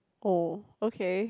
oh okay